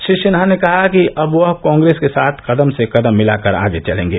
श्री सिन्हा ने कहा कि अब वह कॉग्रेस के साथ कदम से कदम मिलाकर आगे चलेंगे